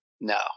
No